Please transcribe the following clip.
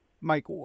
Mike